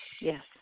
Yes